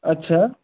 अच्छा